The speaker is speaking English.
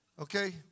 Okay